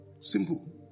simple